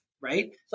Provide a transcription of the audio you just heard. right